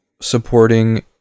supporting